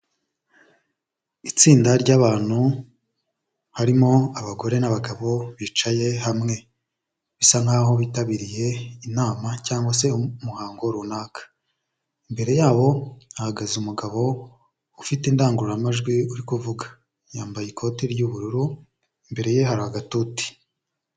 Itsinda ry'abantu harimo abagore n'abagabo bicaye hamwe, bisa nk'aho bitabiriye inama cyangwa se umuhango runaka, imbere yabo hahagaze umugabo ufite indangururamajwi, uri kuvuga, yambaye ikoti ry'ubururu, imbere ye hari agatuti.